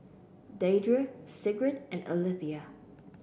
Deidre Sigrid and Alethea